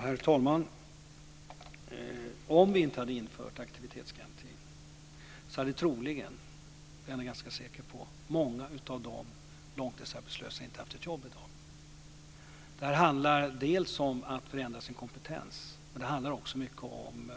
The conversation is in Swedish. Herr talman! Om vi inte hade infört aktivitetsgarantin hade troligen många av dessa tidigare långtidsarbetslösa inte haft ett jobb i dag - det är jag ganska säker på. Det handlar om att förändra sin kompetens, men det handlar också mycket om